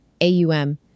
aum